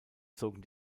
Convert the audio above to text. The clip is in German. zogen